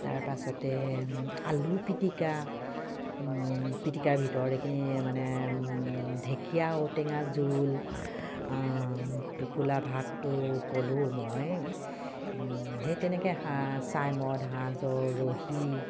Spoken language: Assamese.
তাৰপাছতে আলু পিটিকা পিটিকাৰ ভিতৰত এইখিনি মানে ঢেকীয়া ঔটেঙা জোল টোপোলা ভাতটো ক'লোঁ মই সেই তেনেকৈ চাই মদ সাঁজৰ ৰহী